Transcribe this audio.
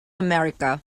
america